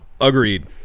Agreed